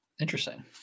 Interesting